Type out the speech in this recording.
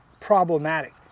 problematic